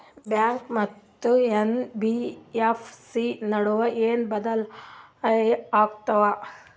Bank ಮತ್ತ NBFC ನಡುವ ಏನ ಬದಲಿ ಆತವ?